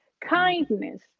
kindness